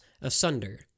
asunder